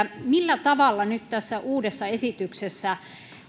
millä tavalla nyt tässä uudessa esityksessä